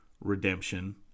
redemption